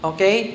Okay